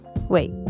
Wait